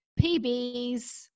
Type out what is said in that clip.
PBs